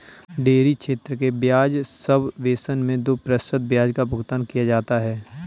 dairy क्षेत्र के ब्याज सबवेसन मैं दो प्रतिशत ब्याज का भुगतान किया जाता है